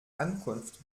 ankunft